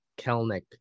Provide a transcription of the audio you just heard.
Kelnick